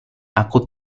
aku